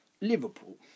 Liverpool